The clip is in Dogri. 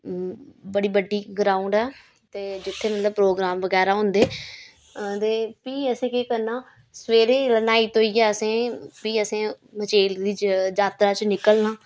बड़ी बड्डी ग्राउंड ऐ ते जित्थें मतलब प्रोग्राम बगैरा होंदे ते फ्ही असें केह् करना सवेरे न्हाई धोइयै असें फ्ही असें मचेल दी जा जात्तरा च निकलना